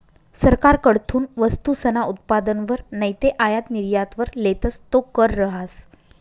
सरकारकडथून वस्तूसना उत्पादनवर नैते आयात निर्यातवर लेतस तो कर रहास